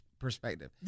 Perspective